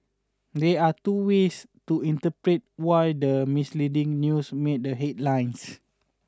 there are two ways to interpret why the misleading news made the headlines